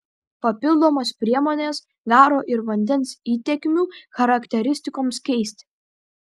papildomos priemonės garo ir vandens įtekmių charakteristikoms keisti